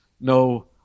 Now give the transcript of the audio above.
no